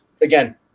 again